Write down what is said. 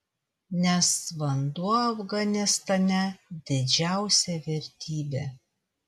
nes vanduo afganistane didžiausia vertybė